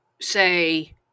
say